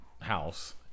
house